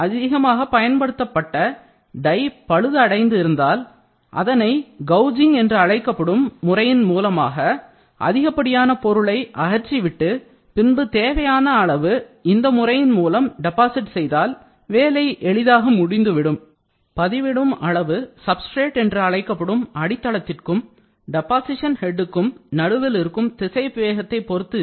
அதிகமாக பயன்படுத்தப்பட்ட டை பழுது அடைந்து இருந்தால் அதனை கௌஜிங் என்று அழைக்கப்படும் முறையின் மூலமாக அதிகப்படியான பொருளை அகற்றிவிட்டு பின்பு தேவையான அளவு இந்த முறையின் மூலம் டெபாசிட் செய்தால் வேலை எளிதாக முடிந்து விடும் பதிவிடும் அளவு சப்ஸ்டிரேட் என்று அழைக்கப்படும் அடித்தளத்திற்கும் டெப்பாசீஷன் ஹெட்டுக்கும் நடுவில் இருக்கும் திசைவேகத்தை பொருத்து இருக்கும்